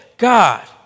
God